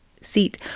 seat